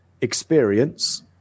experience